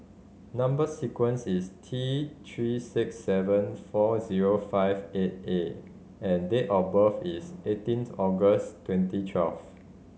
number sequence is T Three six seven four zero five eight A and date of birth is eighteenth August twenty twelve